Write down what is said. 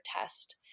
test